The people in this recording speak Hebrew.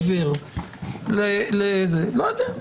לא יודע,